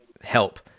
help